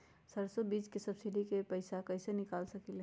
सरसों बीज के सब्सिडी के पैसा कईसे निकाल सकीले?